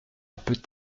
peut